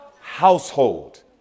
household